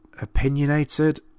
opinionated